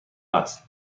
است